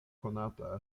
konata